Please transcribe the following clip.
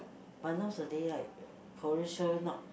but nowadays like Korea show not